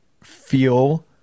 feel